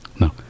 No